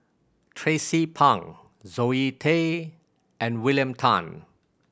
Tracie Pang Zoe Tay and William Tan